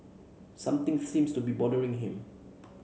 something seems to be bothering him